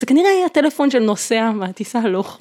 זה כנראה יהיה הטלפון של נושא המעטיסה הלוך.